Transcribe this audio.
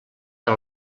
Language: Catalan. per